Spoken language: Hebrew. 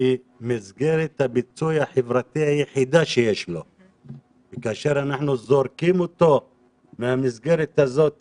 היא מסגרת הביטוי החברתי שיש להם וכאשר אנחנו זורקים אותו מהמסגרת הזאת,